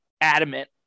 adamant